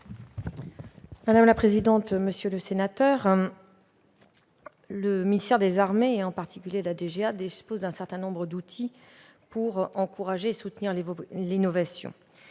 Mme la ministre. Monsieur le sénateur, le ministère des armées, en particulier la DGA, dispose d'un certain nombre d'outils pour encourager et soutenir l'innovation.